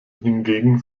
hingegen